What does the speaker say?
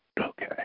Okay